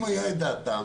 אם הייתה דעה,